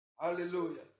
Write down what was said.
Hallelujah